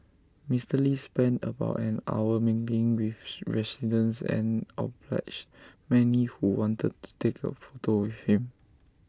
Mister lee spent about an hour mingling with residents and obliged many who wanted take of photograph with him